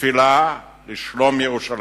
בתפילה לשלום ירושלים,